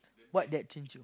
what that change you